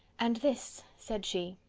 and this, said she,